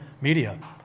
media